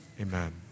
Amen